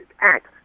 act